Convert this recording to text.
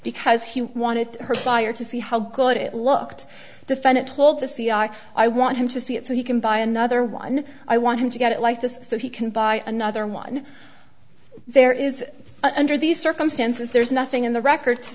because he wanted her buyer to see how good it looked defendant told the c r i want him to see it so he can buy another one i want him to get it like this so he can buy another one there is under these circumstances there's nothing in the record to